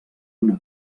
una